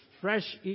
fresh